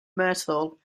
myrtle